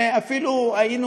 ואפילו היינו,